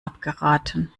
abgeraten